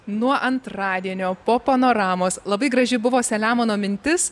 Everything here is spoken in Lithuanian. nuo antradienio po panoramos labai graži buvo selemono mintis